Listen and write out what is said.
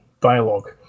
dialogue